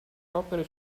opere